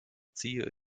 ziehe